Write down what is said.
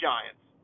Giants